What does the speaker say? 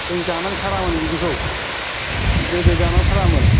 जों जानांथारामोन बिदिखौ गोदो जानांथारामोन